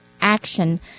action